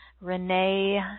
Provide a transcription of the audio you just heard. Renee